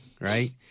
right